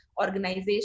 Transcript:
organization